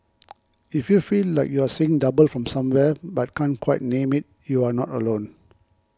if you feel like you're seeing double from somewhere but can't quite name it you're not alone